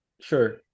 Sure